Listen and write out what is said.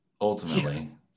Ultimately